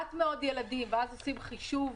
מעט מאוד ילדים, ואז עושים חישוב